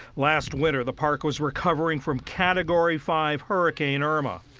last winter, the park was recovering from category five hurricane irma.